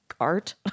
art